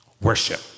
worship